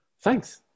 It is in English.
Thanks